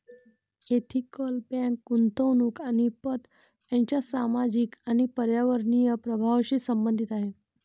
ethical bank गुंतवणूक आणि पत यांच्या सामाजिक आणि पर्यावरणीय प्रभावांशी संबंधित आहे